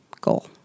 goal